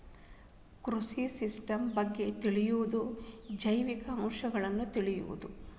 ಕೃಷಿ ಸಿಸ್ಟಮ್ ಬಗ್ಗೆ ಕಲಿಯುದು ಜೈವಿಕ ಅಂಶಗಳನ್ನ ತಿಳಿಯುದು